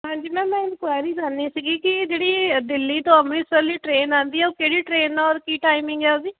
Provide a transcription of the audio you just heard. ਹਾਂਜੀ ਮੈਮ ਮੈਂ ਇਨਕੁਆਰਇਰੀ ਕਰਨੀ ਸੀਗੀ ਕਿ ਜਿਹੜੀ ਦਿੱਲੀ ਤੋਂ ਅੰਮ੍ਰਿਤਸਰ ਲਈ ਟ੍ਰੇਨ ਆਉਂਦੀ ਹੈ ਉਹ ਕਿਹੜੀ ਟ੍ਰੇਨ ਆ ਔਰ ਕੀ ਟਾਈਮਿੰਗ ਹੈ ਉਹਦੀ